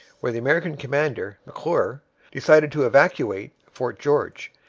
where the american commander, mcclure, decided to evacuate fort george.